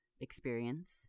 experience